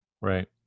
Right